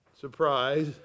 Surprise